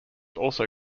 also